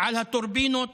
על הטורבינות